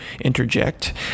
interject